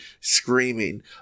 screaming